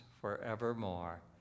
forevermore